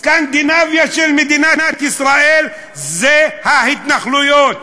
סקנדינביה של מדינת ישראל זה ההתנחלויות.